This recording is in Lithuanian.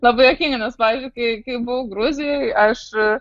labai juokinga nes pavyzdžiui kai kai buvau gruzijoj aš